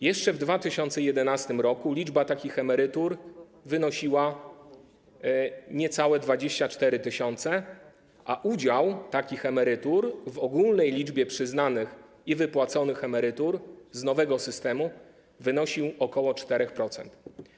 Jeszcze w 2011 r. liczba takich emerytur wynosiła niecałe 24 tys., a udział takich emerytur w ogólnej liczbie przyznanych i wypłaconych emerytur z nowego systemu wynosił ok. 4%.